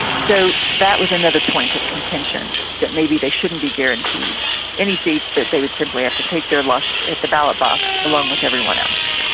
so that was another point of contention, that maybe they shouldn't be guaranteed any seats, that they would simply have to take their luck at the ballot box along with everyone else.